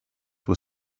were